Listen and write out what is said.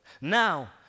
now